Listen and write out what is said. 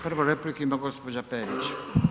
Prvu repliku ima gospođa Perić.